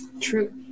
True